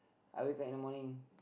I wake up in the morning